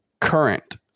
current